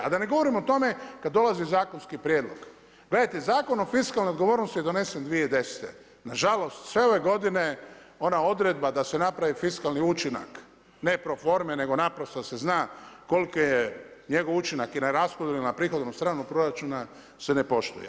A da ne govorim o tome kada dolazi zakonski prijedlog, gledajte, Zakon o fiskalnoj odgovornosti je donesen 2010., nažalost sve ove godine ona odredba da se napravi fiskalni učinak, ne pro forme nego naprosto da se zna koliki je njegov učinak i rashodovnu i na prihodovnu stranu proračuna se ne poštuje.